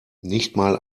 nichtmal